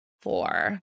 Four